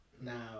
Now